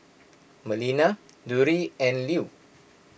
Melina Drury and Lew